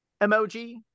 emoji